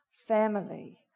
family